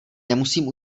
nemusím